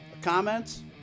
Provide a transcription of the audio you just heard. comments